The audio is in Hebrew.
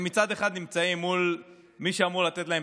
מצד אחד הם נמצאים מול מי שאמור לתת להם